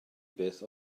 beth